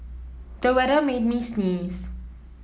the weather made me sneeze